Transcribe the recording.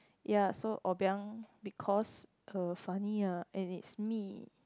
ya so obiang because uh funny ah and it's me